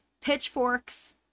pitchforks